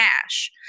cash